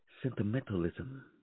sentimentalism